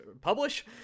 publish